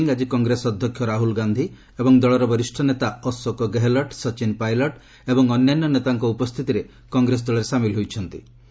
ଶ୍ରୀ ସିଂ ଆଜି କଂଗ୍ରେସ ଅଧ୍ୟକ୍ଷ ରାହ୍ରଲ ଗାନ୍ଧି ଏବଂ ଦଳର ବରିଷ୍ଠ ନେତା ଅଶୋକ ଗେହଲଟ୍ ସଚିନ୍ ପାଇଲଟ୍ ଏବଂ ଅନ୍ୟାନ୍ୟ ନେତାଙ୍କ ଉପସ୍ଥିତିରେ କଂଗ୍ରେସ ଦଳରେ ସାମିଲ୍ ହୋଇଛନ୍ତି